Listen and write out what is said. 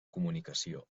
comunicació